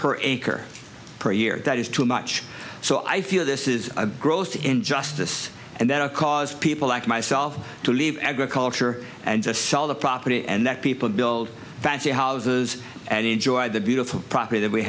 per acre per year that is too much so i feel this is a gross injustice and that caused people like myself to leave agriculture and to sell the property and that people build fancy houses and enjoy the beautiful property that we